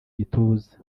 gituza